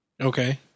Okay